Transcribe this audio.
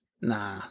Nah